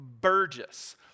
Burgess